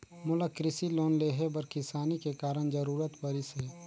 मोला कृसि लोन लेहे बर किसानी के कारण जरूरत परिस हे